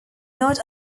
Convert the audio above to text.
not